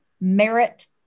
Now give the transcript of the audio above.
Merit